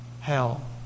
hell